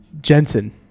jensen